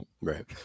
right